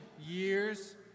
years